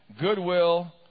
goodwill